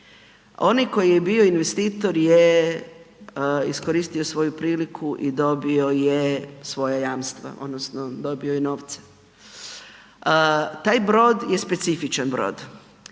onaj koji je bio investitor je iskoristio svoju priliku i dobio je svoja jamstva, odnosno dobio je novce. Taj brod je specifičan brod.